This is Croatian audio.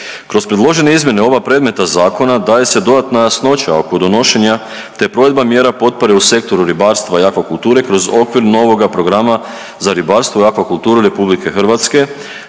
Kroz predložene izmjene oba predmetna zakona daje se dodatna jasnoća oko donošenja te provedba mjera potpore u sektoru ribarstva i akvakulture kroz okvir novog Programa za ribarstvo i akvakulturu RH za programsko